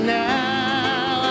now